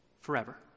forever